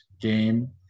game